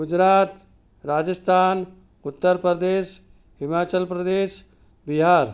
Gujarat Rajasthan Uttar Pradesh Himachal Pradesh Bihar